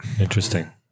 Interesting